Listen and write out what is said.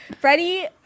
Freddie